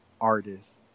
artist